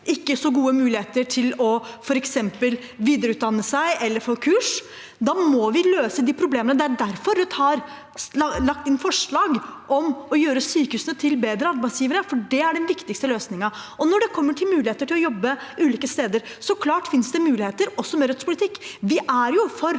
ikke så gode muligheter til f.eks. å videreutdanne seg eller få kurs. Da må vi løse de problemene. Det er derfor Rødt har lagt inn forslag om å gjøre sykehusene til bedre arbeidsgivere, for det er den viktigste løsningen. Når det gjelder muligheter til å jobbe ulike steder: Så klart finnes det muligheter også med Rødts politikk.